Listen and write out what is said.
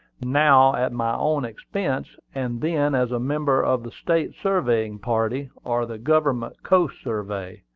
now at my own expense, and then as a member of the state surveying party, or the government coast-survey.